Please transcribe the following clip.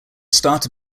starter